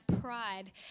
pride